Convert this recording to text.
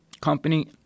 company